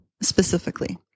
specifically